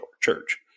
church